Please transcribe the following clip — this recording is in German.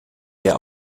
der